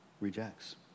rejects